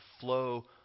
flow